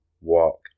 walk